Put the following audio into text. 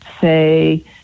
say